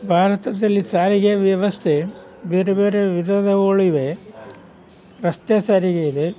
ಭಾರತದಲ್ಲಿ ಸಾರಿಗೆ ವ್ಯವಸ್ಥೆ ಬೇರೆ ಬೇರೆ ವಿಧದವುಗಳಿವೆ ರಸ್ತೆ ಸಾರಿಗೆ ಇದೆ